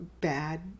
bad